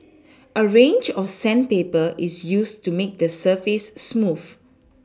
a range of sandpaper is used to make the surface smooth